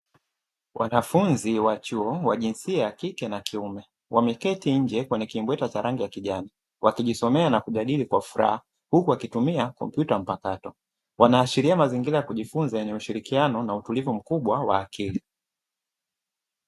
Wanafunzi wa chuo wa jinsia ya kike na kiume; wameketi nje kwenye kimbweta za rangi ya kijani, wakijisomea na kujadili kwa furaha huku wakitumia kompyuta mpakato. Wanaashiria mazingira ya kujifunza yenye ushirikiano na utulivu mkubwa wa akili.